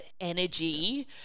energy